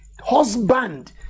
husband